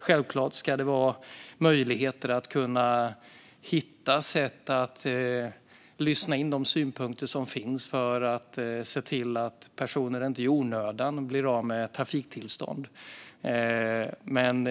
Självklart ska det finnas möjligheter att kunna hitta sätt att lyssna in de synpunkter som finns för att se till att personer inte i onödan blir av med trafiktillstånd.